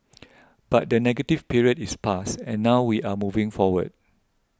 but the negative period is past and now we are moving forward